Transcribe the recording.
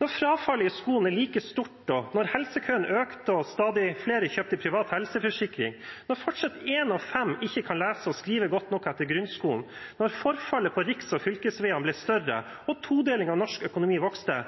Når frafallet i skolen er like stort, når helsekøene økte og stadig flere kjøpte privat helseforsikring, når fortsatt en av fem ikke kan lese og skrive godt nok etter grunnskolen, når forfallet på riks- og fylkesveiene ble større og todelingen av norsk økonomi vokste,